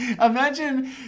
imagine